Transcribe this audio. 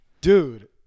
dude